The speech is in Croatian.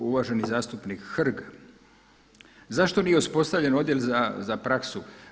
Uvaženi zastupnik Hrg, zašto nije uspostavljen odjel za praksu?